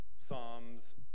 Psalms